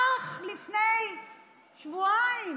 אך לפני שבועיים,